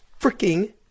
freaking